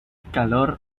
calor